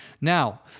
Now